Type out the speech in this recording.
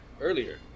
earlier